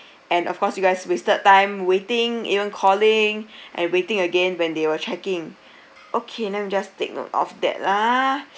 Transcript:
and of course you guys wasted time waiting even calling and waiting again when they were checking okay then we just take note of that lah